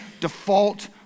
default